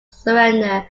surrender